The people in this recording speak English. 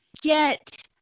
get